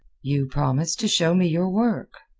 you promised to show me your work.